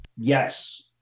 yes